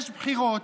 יש בחירות,